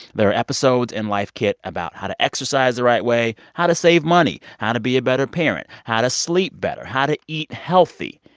there are episodes in life kit about how to exercise the right way, how to save money, how to be a better parent, how to sleep better, how to eat healthy.